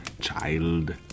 child